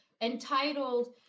entitled